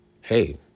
hey